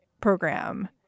program